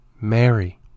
Mary